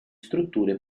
strutture